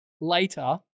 Later